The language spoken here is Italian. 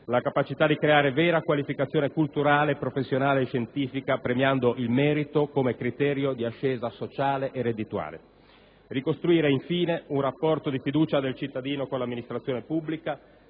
la capacità di creare vera qualificazione culturale, professionale e scientifica, premiando il merito come criterio di ascesa sociale e reddituale; ricostruire, infine, un rapporto di fiducia del cittadino con l'amministrazione pubblica,